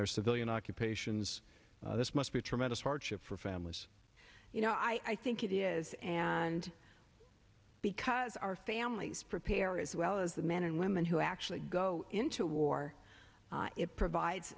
their civilian occupations this must be a tremendous hardship for families you know i think it is and because our families prepare as well as the men and women who actually go into a war it provides